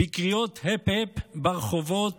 בקריאות "הפ הפ" ברחובות,